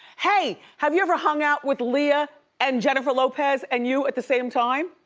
hey, have you ever hung out with leah and jennifer lopez and you at the same time?